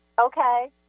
okay